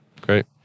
Great